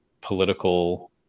political